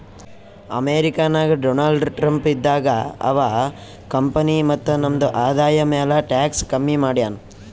America ನಾಗ್ Donald Trump ಇದ್ದಾಗ ಅವಾ ಕಂಪನಿ ಮತ್ತ ನಮ್ದು ಆದಾಯ ಮ್ಯಾಲ ಟ್ಯಾಕ್ಸ್ ಕಮ್ಮಿ ಮಾಡ್ಯಾನ್